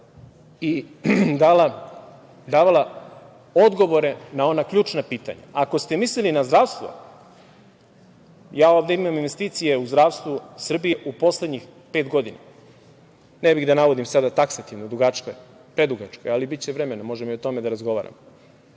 i davala odgovore na ona ključna pitanja. Ako ste mislili na zdravstvo, ja ovde imam investicije u zdravstvu Srbije u poslednjih pet godina, ne bih da navodim sada taksativno, dugačko je, predugačko je, ali biće vremena možemo i o tome da razgovaramo.